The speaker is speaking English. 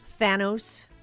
Thanos